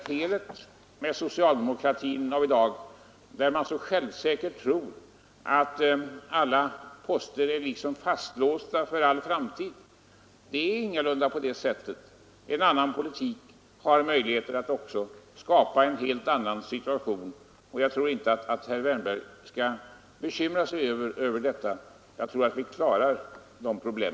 Felet med socialdemokratin i dag är att man så självsäkert tror att alla poster är liksom fastlåsta för all framtid. Det är ingalunda på det sättet. En ändrad politik har möjligheter att skapa en helt annan situation. Jag tror därför inte att herr Wärnberg skall bekymra sig över vad som skall hända. Jag tror att vi klarar dessa problem.